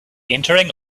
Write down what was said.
entering